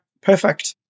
Perfect